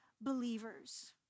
believers